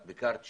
את ביקרת שם,